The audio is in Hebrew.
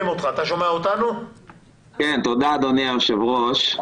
תודה אדוני היושב ראש.